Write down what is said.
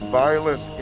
violent